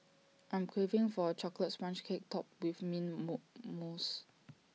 I'm craving for A Chocolate Sponge Cake Topped with mint more mousse